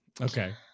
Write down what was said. Okay